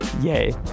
yay